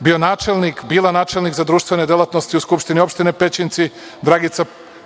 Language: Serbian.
bio načelnik, bila načelnik za društvene delatnosti u skupštini opštini Pećinci, Dragica